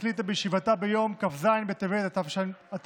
הכנסת החליטה בישיבתה ביום כ"ז בטבת התשפ"א,